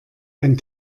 ein